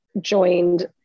joined